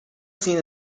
seen